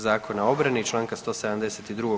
Zakona o obrani i članka 172.